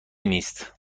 نیست